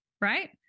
right